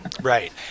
Right